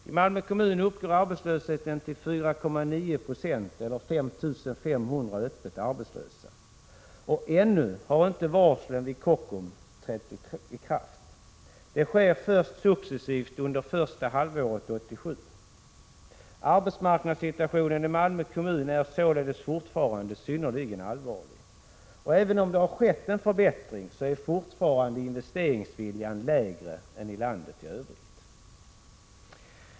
I Malmö kommun uppgår arbetslösheten till 4,9 96 eller 5 500 öppet arbetslösa, och ännu har inte varslen vid Kockums trätt i kraft. Det sker först successivt under första halvåret 1987. Arbetsmarknadssituationen i Malmö kommun är således fortfarande synnerligen allvarlig, och även om det har skett en förbättring är fortfarande investeringsviljan lägre där än i landet i övrigt.